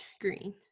green